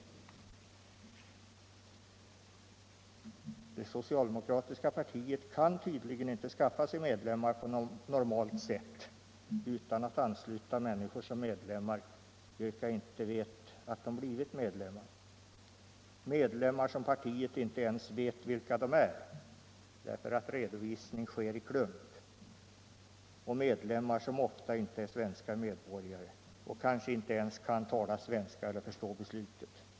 Det socialdemokratiska partiet kan tydlingen inte skaffa sig medlemmar på normalt sätt utan att ansluta människor som medlemmar vilka inte vet att de blivit medlemmar, medlemmar som partiet inte ens vet 39 vilka de är eftersom redovisningen sker i klump, medlemmar som ofta inte är svenska medborgare och kanske inte ens kan tala svenska eller förstå beslutet.